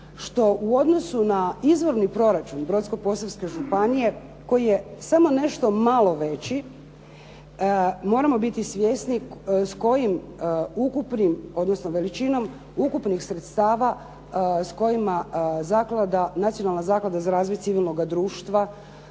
što u odnosu na izvorni proračun Brodsko-posavske županije koji je samo nešto malo veći moramo biti svjesni s kojim ukupnim, odnosno veličinom ukupnih sredstava s kojima zaklada, Nacionalna zaklada za razvoj civilnoga društva